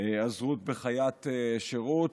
(היעזרות בחיית שירות),